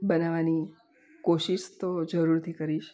બનાવવાની કોશિશ તો જરૂરથી કરીશ